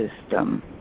system